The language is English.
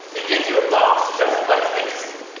it gives you a box just like this.